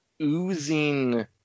oozing